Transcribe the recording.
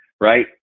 right